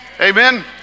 amen